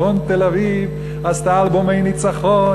צפון תל-אביב עשתה אלבומי ניצחון,